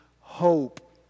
hope